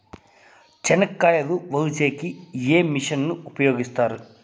చెనక్కాయలు వలచే కి ఏ మిషన్ ను ఉపయోగిస్తారు?